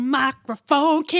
microphone